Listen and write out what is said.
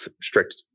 strict